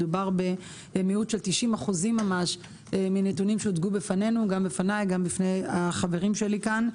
מדובר במיעוט של 90% ממש מנתונים שהוצגו בפני ובפני החברים שלי כאן.